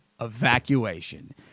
evacuation